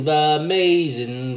amazing